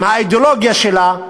עם האידיאולוגיה שלה,